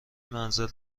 منزل